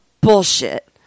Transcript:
bullshit